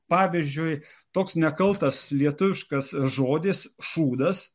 pavyzdžiui toks nekaltas lietuviškas žodis šūdas